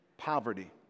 Poverty